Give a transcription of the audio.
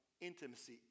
intimacy